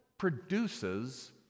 Produces